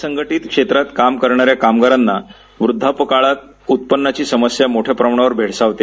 असंघटीत क्षेत्रात काम करणाऱ्या कामगारांना वृद्वापकाळात उत्पनाची समस्या मोठ्या प्रमाणावर भेडसावते